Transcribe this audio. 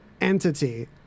entity